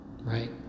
right